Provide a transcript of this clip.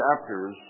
chapters